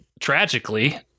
tragically